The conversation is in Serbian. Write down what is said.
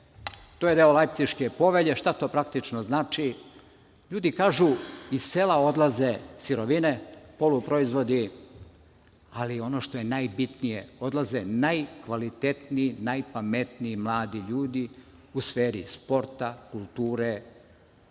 to je deo Lajpciške povelje. Šta to praktično znači? Ljudi kažu iz sela odlaze sirovine, poluproizvodi, ali i ono što je najbitnije – odlaze najkvalitetniji, najpametniji mladi ljudi u sferi sporta, kulture,